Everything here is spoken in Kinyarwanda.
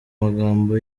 magambo